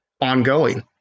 ongoing